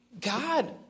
God